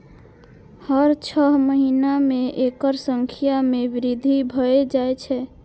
हर छह महीना मे एकर संख्या मे वृद्धि भए जाए छै